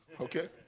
okay